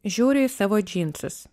žiūriu į savo džinsus